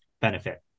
benefit